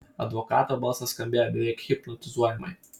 advokato balsas skambėjo beveik hipnotizuojamai